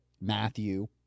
Matthew